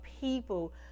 people